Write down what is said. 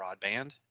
broadband